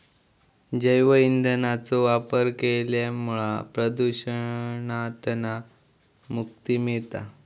जैव ईंधनाचो वापर केल्यामुळा प्रदुषणातना मुक्ती मिळता